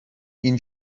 این